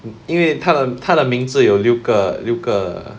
因为他的他的名字有六个六个